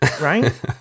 right